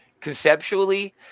conceptually